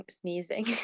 sneezing